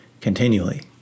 continually